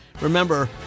remember